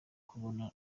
kubona